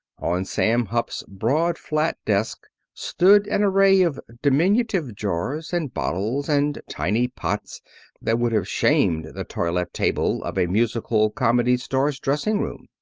on sam hupp's broad flat desk stood an array of diminutive jars, and bottles, and tiny pots that would have shamed the toilette table of a musical comedy star's dressing-room.